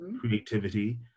creativity